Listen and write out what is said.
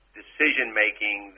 decision-making